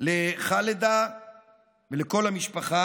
לח'אלדה ולכל המשפחה,